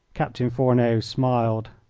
captain fourneau smiled.